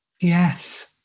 Yes